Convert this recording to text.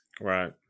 Right